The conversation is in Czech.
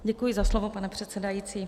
Děkuji za slovo, pane předsedající.